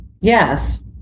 Yes